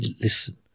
Listen